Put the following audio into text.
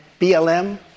BLM